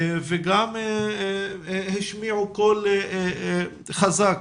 וגם השמיעו קול חזק